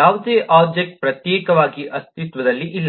ಯಾವುದೇ ಒಬ್ಜೆಕ್ಟ್ ಪ್ರತ್ಯೇಕವಾಗಿ ಅಸ್ತಿತ್ವದಲ್ಲಿಲ್ಲ